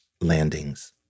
landings